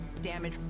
damage,